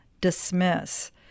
dismiss